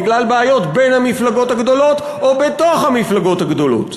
בגלל בעיות בין המפלגות הגדולות או בתוך המפלגות הגדולות.